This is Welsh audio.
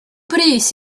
brys